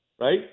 right